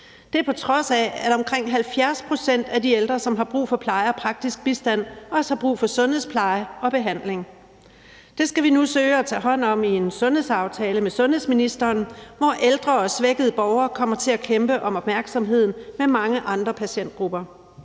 83 – på trods af at omkring 70 pct. af de ældre, som har brug for pleje og praktisk bistand, også har brug for sundhedspleje og behandling. Det skal vi nu søge at tage hånd om i en sundhedsaftale med sundhedsministeren, hvor ældre og svækkede borgere kommer til at kæmpe om opmærksomheden med mange andre patientgrupper.